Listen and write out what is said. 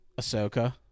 Ahsoka